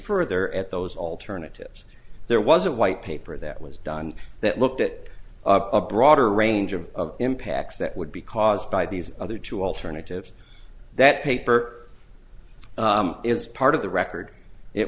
further at those alternatives there was a white paper that was done that looked it up a broader range of impacts that would be caused by these other two alternatives that paper is part of the record it